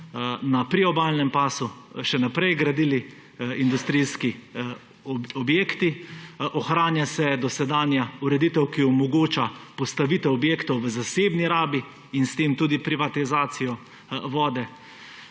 na priobalnem pasu še naprej gradili industrijski objekti, ohranja se dosedanja ureditev, ki omogoča postavitev objektov v zasebni rabi in s tem tudi privatizacijo vode,